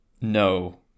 No